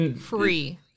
Free